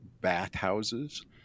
bathhouses